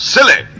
Silly